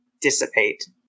dissipate